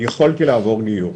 יכולתי לעבור גיור,